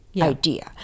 idea